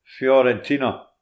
Fiorentina